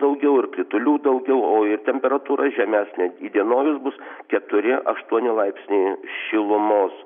daugiau ir kritulių daugiau o ir temperatūra žemesnė įdienojus bus keturi aštuoni laipsniai šilumos